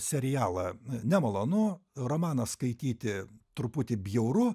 serialą nemalonu romaną skaityti truputį bjauru